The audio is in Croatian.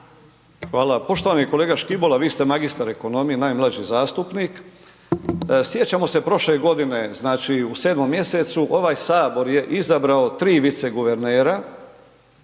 Hvala. Poštovani kolega Škibola, vi ste magistar ekonomije, najmlađi zastupnik. Sjećamo se prošle godine, znači u 7. mjesecu ovaj Sabor je izabrao 3 viceguvernera